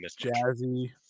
jazzy